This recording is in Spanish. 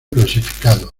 clasificado